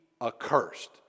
accursed